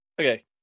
Okay